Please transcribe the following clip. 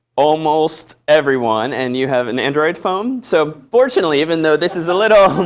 almost everyone. and you have an android phone? so fortunately, even though this is a little